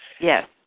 Yes